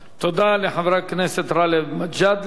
תודה לחבר הכנסת גאלב מג'אדלה.